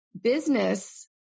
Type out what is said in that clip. Business